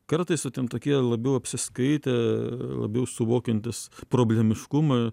kartais jau ten tokie labiau apsiskaitę labiau suvokiantys problemiškumą